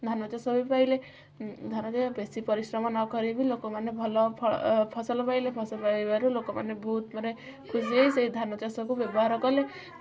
ଧାନ ଚାଷ ବି ପାଇଲେ ଧାନ ଚାଷ ବେଶୀ ପରିଶ୍ରମ ନ କରି ବି ଲୋକମାନେ ଭଲ ଫଲ ଫସଲ ପାଇଲେ ଫସଲ ଫସଲ ପାଇବାରୁ ଲୋକମାନେ ବହୁତ ମାନେ ଖୁସି ସେ ହେଇ ଧାନ ଚାଷକୁ ବ୍ୟବହାର କଲେ